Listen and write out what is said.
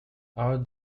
our